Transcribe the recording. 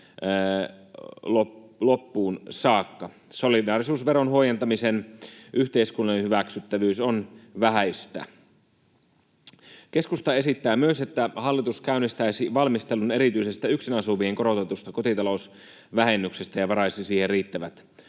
loppuun saakka. Solidaarisuusveron huojentamisen yhteiskunnallinen hyväksyttävyys on vähäistä. Keskusta esittää myös, että hallitus käynnistäisi valmistelun erityisestä yksin asuvien korotetusta kotitalousvähennyksestä ja varaisi siihen riittävät